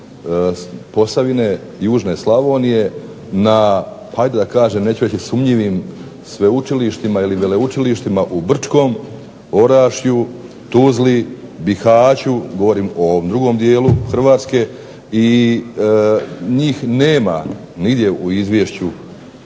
Posavine, južne Slavonije na, neću reći sumnjivim sveučilištima ili veleučilištima u Brčkom, Orašju, Tuzli, Bihaću, govorim o ovom drugom dijelu Hrvatske i njih nema nigdje u izvješću